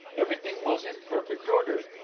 everything was in perfect order.